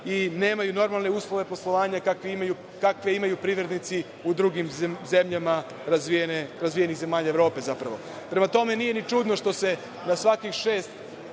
i nemaju normalne uslove poslovanja kakve imaju privrednici u drugim zemljama, razvijenih zemalja Evrope, zapravo. Prema tome nije ni čudno što se na svakih šest